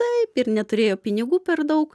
taip ir neturėjo pinigų per daug